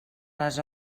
les